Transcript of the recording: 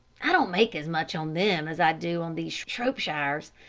i don't make as much on them as i do on these shropshires.